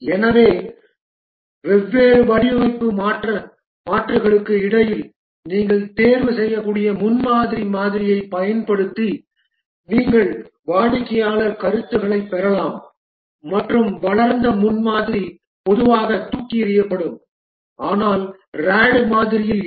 எனவே வெவ்வேறு வடிவமைப்பு மாற்றுகளுக்கு இடையில் நீங்கள் தேர்வுசெய்யக்கூடிய முன்மாதிரி மாதிரியைப் பயன்படுத்தி நீங்கள் வாடிக்கையாளர் கருத்துக்களைப் பெறலாம் மற்றும் வளர்ந்த முன்மாதிரி பொதுவாக தூக்கி எறியப்படும் ஆனால் RAD மாதிரியில் இல்லை